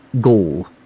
goal